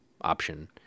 option